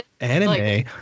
anime